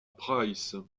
price